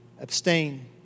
Abstain